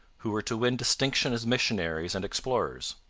who were to win distinction as missionaries and explorers.